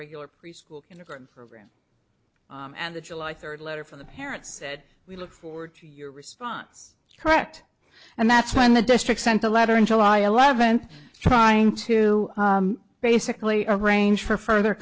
regular preschool kindergarten program and the july third letter from the parents said we look forward to your response correct and that's when the district sent a letter in july eleventh trying to basically arrange for further